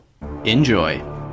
Enjoy